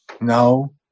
now